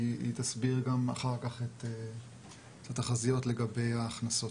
היא גם תסביר אחר כך את התחזיות לגבי ההכנסות.